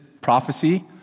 prophecy